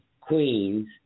queens